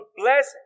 bless